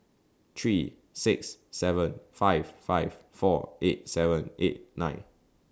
three six seven five five four eight seven eight nine